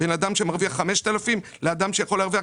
בן אדם שמרוויח 5,000 לאדם שיכול להרוויח